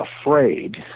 afraid